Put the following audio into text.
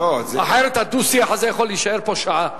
אחרת הדו-שיח הזה יכול להישאר פה שעה.